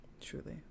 truly